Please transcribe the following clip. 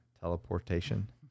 Teleportation